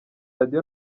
radio